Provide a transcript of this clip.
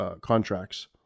contracts